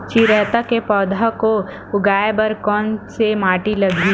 चिरैता के पौधा को उगाए बर कोन से माटी लगही?